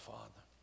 Father